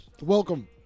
welcome